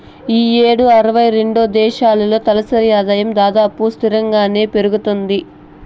ఈ యేడు అరవై రెండు దేశాల్లో తలసరి ఆదాయం దాదాపు స్తిరంగానే పెరగతాంది